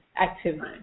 activity